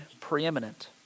preeminent